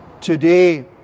today